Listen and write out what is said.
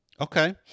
Okay